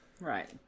Right